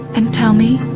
and tell me,